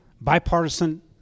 bipartisan